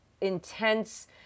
intense